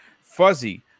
Fuzzy